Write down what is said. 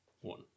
One